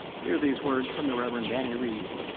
here these words from the reverend danny reed,